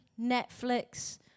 Netflix